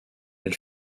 elle